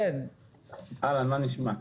אהלן מה נשמע?